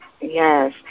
Yes